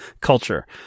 culture